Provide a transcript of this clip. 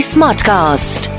Smartcast